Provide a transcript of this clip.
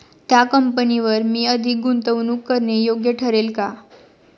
त्या कंपनीवर मी अधिक गुंतवणूक करणे योग्य ठरेल का?